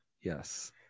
yes